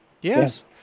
Yes